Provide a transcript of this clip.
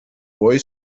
boy